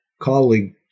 colleague